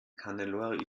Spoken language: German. hannelore